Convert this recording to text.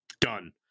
Done